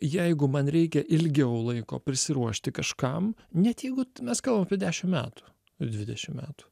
jeigu man reikia ilgiau laiko prisiruošti kažkam net jeigu mes kalbam apie dešim metų dvidešim metų